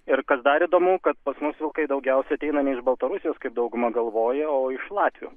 ir kas dar įdomu kad pas mus vilkai daugiausia ateiname iš baltarusijos kai dauguma galvoja o iš latvių